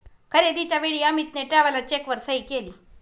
खरेदीच्या वेळी अमितने ट्रॅव्हलर चेकवर सही केली